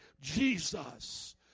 Jesus